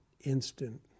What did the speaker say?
instant